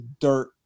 dirt